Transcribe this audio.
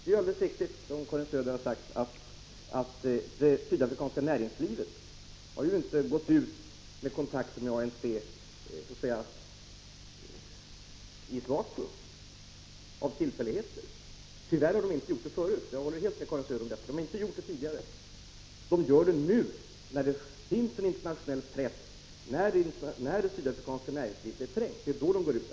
Det är alldeles riktigt, som Karin Söder har sagt, att det sydafrikanska näringslivets företrädare inte har tagit kontakter med ANC så att säga i ett vakuum, av tillfälligheter. Tyvärr har de inte gjort det tidigare. Det är nu, när det finns en internationell press, när det sydafrikanska näringslivet är trängt, som de tar dessa kontakter.